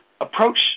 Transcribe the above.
approach